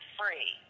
free